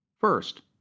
First